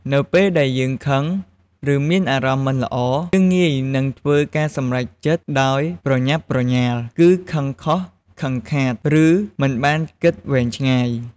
នៅពេលដែលយើងខឹង ឬមានអារម្មណ៍មិនល្អ យើងងាយនឹងធ្វើការសម្រេចចិត្តដោយប្រញាប់ប្រញាល់ គឹខឹងខុស ខឹងខាត ឬមិនបានគិតវែងឆ្ងាយ ។